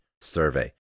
survey